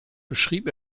beschrieb